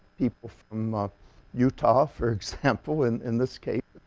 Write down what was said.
people from ah utah for example in in this case,